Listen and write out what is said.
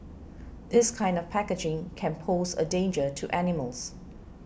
this kind of packaging can pose a danger to animals